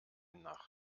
nacht